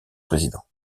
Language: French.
présidents